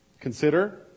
Consider